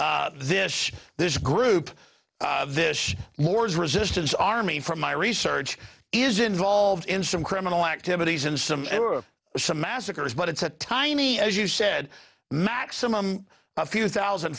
this this group this war is resistance army from my research is involved in some criminal activities and some massacres but it's a tiny as you said maximum a few thousand